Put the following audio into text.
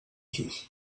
chances